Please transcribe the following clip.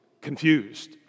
confused